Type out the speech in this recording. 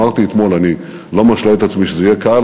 אמרתי אתמול: אני לא משלה את עצמי שזה יהיה קל,